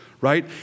right